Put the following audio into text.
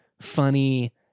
funny